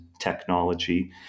technology